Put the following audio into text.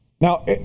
Now